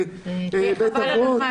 כבית אבות.